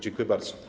Dziękuję bardzo.